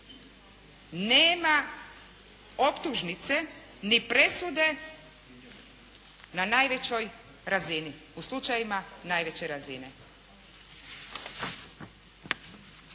nema optužnice ni presude na najvećoj razini, u slučajevima najveće razine.